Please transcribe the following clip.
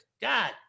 god